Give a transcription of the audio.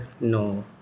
no